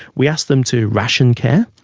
we ask them to ration care,